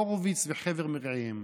הורוביץ וחבר מרעיהם.